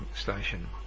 Station